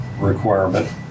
requirement